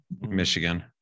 Michigan